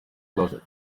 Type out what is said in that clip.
closet